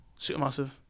Supermassive